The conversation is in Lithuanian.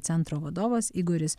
centro vadovas igoris